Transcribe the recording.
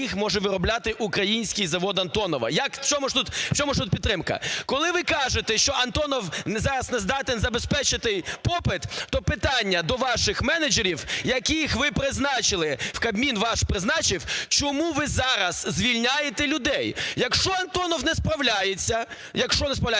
в чому ж тут підтримка?